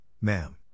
ma'am